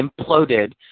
imploded